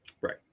Right